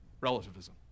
relativism